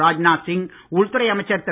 ராஜ்நாத் சிங் உள்துறை அமைச்சர் திரு